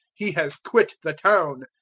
he has quit the town.